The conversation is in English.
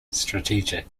strategic